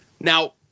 Now